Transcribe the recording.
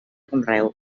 conreu